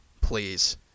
Please